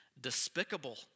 despicable